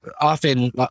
often